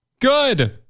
good